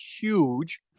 huge